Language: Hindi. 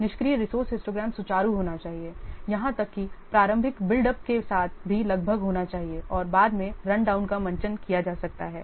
निष्क्रिय रिसोर्स हिस्टोग्राम सुचारू होना चाहिए यहां तक कि प्रारंभिक बिल्ड अप के साथ भी लगभग होना चाहिए और बाद में रन डाउन का मंचन किया जा सकता है